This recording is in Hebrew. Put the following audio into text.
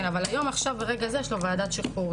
כן, אבל היום ממש ברגע זה יש לו ועדת שחרורים.